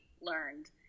learned